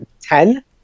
Ten